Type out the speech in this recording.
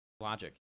logic